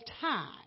time